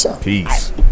Peace